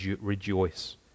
rejoice